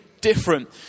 different